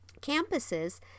campuses